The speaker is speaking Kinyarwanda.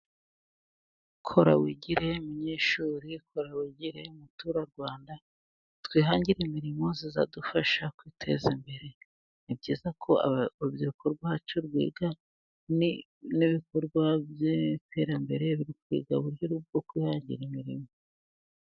Kora wigire munyeshuri, kora wigire muturarwanda, twihangire imirimo zizadufasha kwiteza imbere. Ni byiza ko urubyiruko rwacu rwiga n'ibikorwa byiterambere, bikiga n'uburyo bwo kwihangira imirimo.